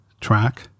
track